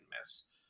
miss